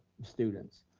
students,